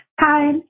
Hi